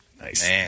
nice